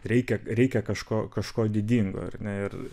reikia reikia kažko kažko didingo ar ne ir